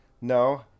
No